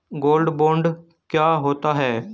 Gold bond क्या होता है?